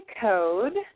code